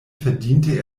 verdiente